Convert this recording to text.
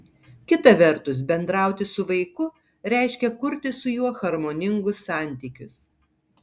kita vertus bendrauti su vaiku reiškia kurti su juo harmoningus santykius